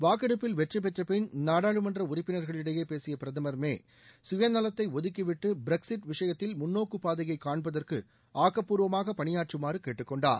வாக்கெடுப்பில் வெற்றிபெற்றபின் நாடாளுமன்ற உறுப்பினர்களிடையே பேசிய பிரதமர் மே சுய நலத்தை ஒதுக்கிவிட்டு பிரக்ஸிட் விஷயத்தில் முன்னோக்கு பாதையை காண்பதற்கு ஆக்கப்பூர்வமாக பணியாற்றுமாறு கேட்டுக்கொண்டார்